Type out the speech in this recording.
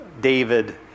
David